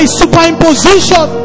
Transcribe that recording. superimposition